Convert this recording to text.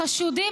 החשודים,